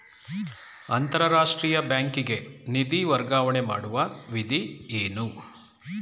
ಅಂತಾರಾಷ್ಟ್ರೀಯ ಬ್ಯಾಂಕಿಗೆ ನಿಧಿ ವರ್ಗಾವಣೆ ಮಾಡುವ ವಿಧಿ ಏನು?